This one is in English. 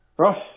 Ross